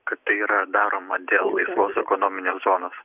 kad tai yra daroma dėl laisvos ekonominės zonos